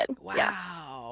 wow